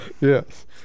yes